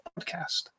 podcast